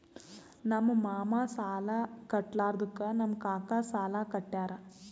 ನಮ್ ಮಾಮಾ ಸಾಲಾ ಕಟ್ಲಾರ್ದುಕ್ ನಮ್ ಕಾಕಾ ಸಾಲಾ ಕಟ್ಯಾರ್